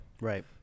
right